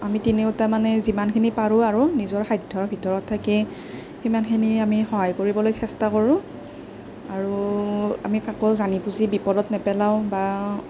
আমি তিনিওটাই মানে যিমানখিনি পাৰোঁ আৰু নিজৰ সাধ্যৰ ভিতৰত থাকি সিমানখিনি আমি সহায় কৰিবলৈ চেষ্টা কৰোঁ আৰু আমি কাকো জানি বুজি বিপদত নেপেলাওঁ বা